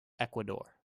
ecuador